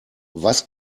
was